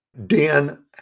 Dan